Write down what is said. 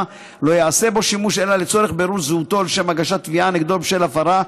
לא יעשה בו שימוש אלא לצורך בירור זהותו לשם הגשת תביעה נגדו בשל הפרה,